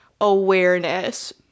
awareness